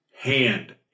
hand